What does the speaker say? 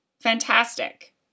fantastic